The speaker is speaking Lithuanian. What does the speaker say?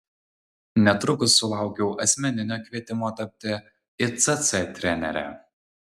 netrukus sulaukiau asmeninio kvietimo tapti icc trenere